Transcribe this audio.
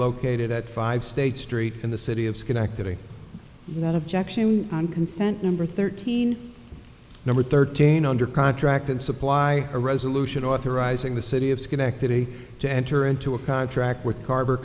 located at five state street in the city of schenectady without objection on consent number thirteen number thirteen under contract and supply a resolution authorizing the city of schenectady to enter into a contract with carver